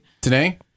today